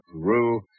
Peru